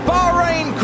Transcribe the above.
Bahrain